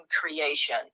creation